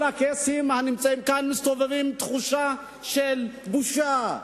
כל הקייסים הנמצאים כאן מסתובבים עם תחושה של בושה.